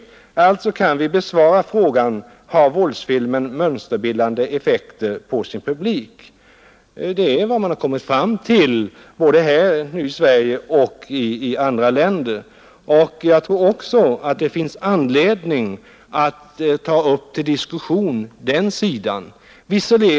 Vi kan alltså nu ge ett jakande svar på frågan om våldsfilmen har mönsterbildande effekter på sin publik — det är vad man kommit fram till både här i Sverige och i andra länder. Jag anser också att det finns anledning att ta upp denna sida av frågan till diskussion.